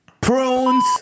Prunes